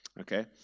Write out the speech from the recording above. Okay